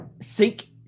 Seek